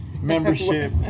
Membership